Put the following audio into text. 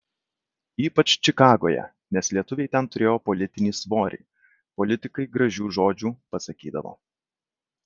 ypač čikagoje nes lietuviai ten turėjo politinį svorį politikai gražių žodžių pasakydavo